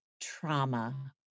trauma